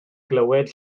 glywed